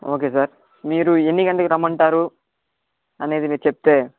okay sir మీరు ఎన్ని గంటలకు రమ్మంటారు అనేది మీరు చెప్తే